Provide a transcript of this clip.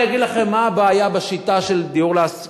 אני אגיד לכם מה הבעיה בשיטה של השכרה,